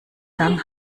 gang